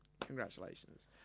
Congratulations